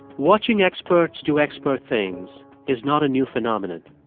watching experts do expert things is not a new phenomenon.